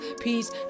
peace